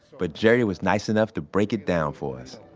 but jerry was nice enough to break it down for us